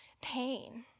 pain